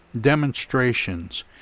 demonstrations